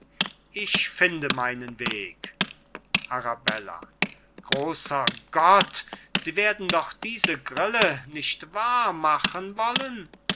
ich finde meinen weg arabella großer gott sie werden doch diese grille nicht wahr machen wollen